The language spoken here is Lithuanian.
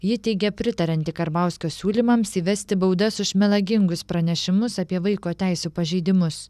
ji teigia pritarianti karbauskio siūlymams įvesti baudas už melagingus pranešimus apie vaiko teisių pažeidimus